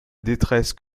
détresse